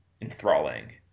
enthralling